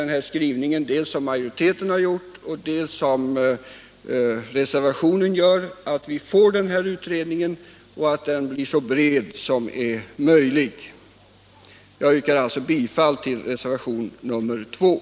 Jag hoppas mot bakgrund av utskottsmajoritetens skrivning och reservationen att ifrågavarande utredning kommer till stånd och att den blir så bred som möjligt. Jag yrkar alltså bifall till reservationen 2.